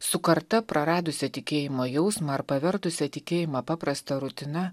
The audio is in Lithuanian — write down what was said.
su karta praradusia tikėjimo jausmą ar pavertusia tikėjimą paprasta rutina